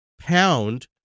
pound